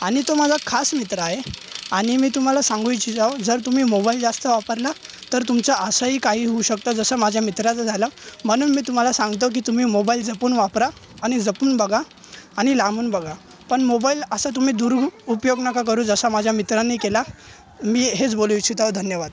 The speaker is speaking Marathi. आणि तो माझा खास मित्र आहे आणि मी तुम्हाला सांगू इच्छितो जर तुम्ही मोबाईल जास्त वापरला तर तुमच्या असंही काही होऊ शकतं जसं माझ्या मित्राचं झालं म्हणून मी तुम्हाला सांगतो की तुम्ही मोबाईल जपून वापरा आणि जपून बघा आणि लांबून बघा पण मोबाईल असं तुम्ही दुरून उपयोग नका करू जसं माझ्या मित्राने केला मी हेच बोलू इच्छितो धन्यवाद